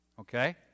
okay